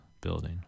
building